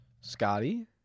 Scotty